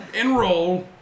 enroll